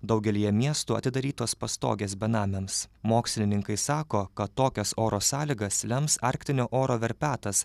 daugelyje miestų atidarytos pastogės benamiams mokslininkai sako kad tokias oro sąlygas lems arktinio oro verpetas